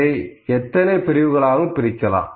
இதை எத்தனை பிரிவுகளாக பிரிக்கலாம்